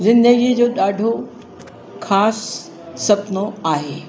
ज़िंदगी जो ॾाढो ख़ासि सुपिनो आहे